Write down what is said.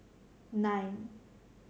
nine